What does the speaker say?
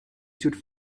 should